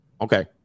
Okay